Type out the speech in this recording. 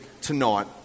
tonight